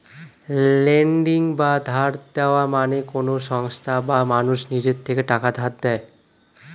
lending বা ধার দেওয়া মানে কোন সংস্থা বা মানুষ নিজের থেকে টাকা ধার দেয়